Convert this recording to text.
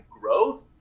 growth